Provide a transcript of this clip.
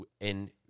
in-